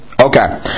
Okay